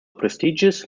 prestigious